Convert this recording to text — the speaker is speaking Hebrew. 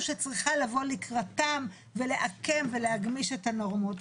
שצריכה לבוא לקראתם ולעקם ולהגמיש את הנורמות.